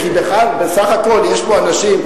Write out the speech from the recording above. כי בסך הכול יש פה אנשים,